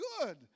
good